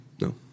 No